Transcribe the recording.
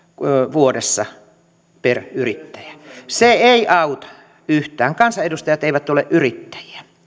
vuodessa per yrittäjä se ei auta yhtään kansanedustajat eivät ole yrittäjiä